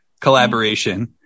collaboration